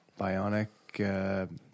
bionic